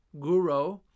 guru